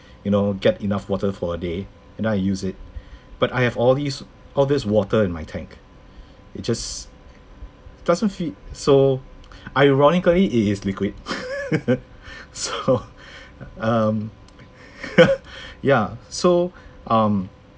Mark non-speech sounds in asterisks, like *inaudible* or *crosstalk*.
you know get enough water for a day and then I use it but I have all these all this water in my tank it just doesn't fe~ so *noise* ironically it is liquid *laughs* so um *laughs* ya so um